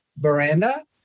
veranda